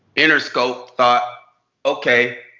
interscope thought okay.